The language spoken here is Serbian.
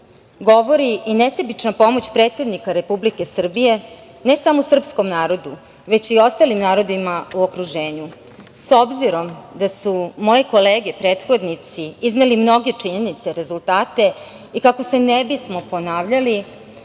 govori i nesebična pomoć predsednika Republike Srbije ne samo srpskom narodu, već i ostalim narodima u okruženju.S obzirom da su moje kolege prethodnici izneli mnoge činjenice i rezultate i kako se ne bismo ponavljali